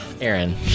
Aaron